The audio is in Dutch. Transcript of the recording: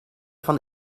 van